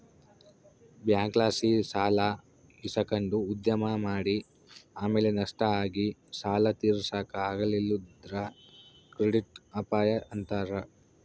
ಬ್ಯಾಂಕ್ಲಾಸಿ ಸಾಲ ಇಸಕಂಡು ಉದ್ಯಮ ಮಾಡಿ ಆಮೇಲೆ ನಷ್ಟ ಆಗಿ ಸಾಲ ತೀರ್ಸಾಕ ಆಗಲಿಲ್ಲುದ್ರ ಕ್ರೆಡಿಟ್ ಅಪಾಯ ಅಂತಾರ